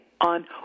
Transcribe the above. on